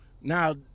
Now